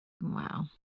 Wow